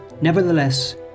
Nevertheless